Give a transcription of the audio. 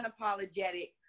unapologetic